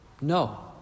No